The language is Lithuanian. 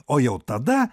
o jau tada